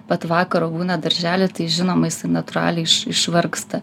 pat vakaro būna daržely tais žinoma jisai natūraliai iš išvargsta